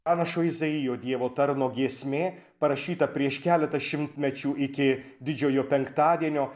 pranašo izaijo dievo tarno giesmė parašyta prieš keletą šimtmečių iki didžiojo penktadienio